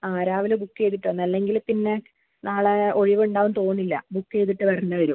ആ രാവിലെ ബുക്ക് ചെയ്തിട്ട് വന്നോ അല്ലെങ്കിൽ പിന്നെ നാളെ ഒഴിവ് ഉണ്ടാവുമെന്ന് തോന്നുന്നില്ല ബുക്ക് ചെയ്തിട്ട് വരേണ്ടി വരും